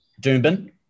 Doombin